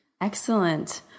Excellent